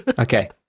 Okay